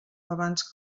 abans